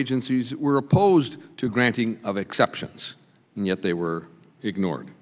agencies were opposed to granting of exceptions and yet they were ignored